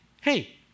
hey